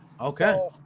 Okay